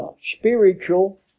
spiritual